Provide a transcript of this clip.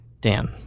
Dan